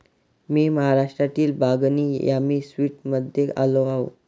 मी महाराष्ट्रातील बागनी यामी स्वीट्समध्ये आलो आहे